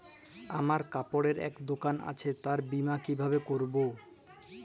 আমার কাপড়ের এক দোকান আছে তার বীমা কিভাবে করবো?